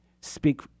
speak